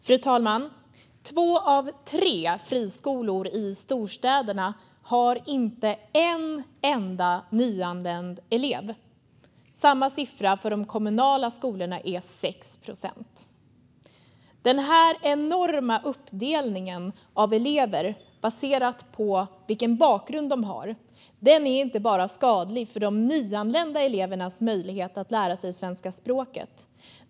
Fru talman! Två av tre friskolor i storstäderna har inte en enda nyanländ elev. Samma siffra för de kommunala skolorna är 6 procent. Den enorma uppdelningen av elever baserat på vilken bakgrund de har är inte bara skadlig för de nyanlända elevernas möjlighet att lära sig svenska språket.